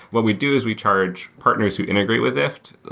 what we do is we charge partners who integrate with ifttt,